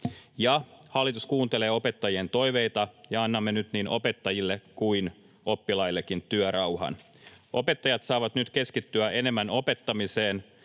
Hallitus kuuntelee opettajien toiveita, ja annamme nyt niin opettajille kuin oppilaillekin työrauhan. Opettajat saavat nyt keskittyä enemmän opettamiseen